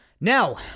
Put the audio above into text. Now